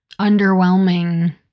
underwhelming